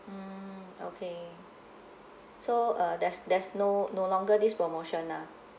mm okay so uh there's there's no no longer this promotion lah